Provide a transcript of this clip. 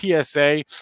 PSA